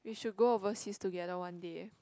we should go overseas together one day eh